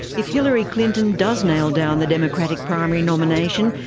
if hillary clinton does nail down the democratic primary nomination,